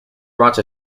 brought